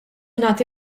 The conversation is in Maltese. nagħti